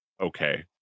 okay